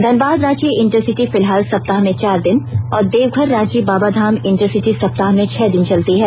Dhanbad Ranchi intercity फिलहाल सप्ताह में चार दिन और देवघर रांची बाबाधाम इंटरसिटी सप्ताह में छह दिन चलती है